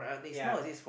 ya